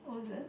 wasn't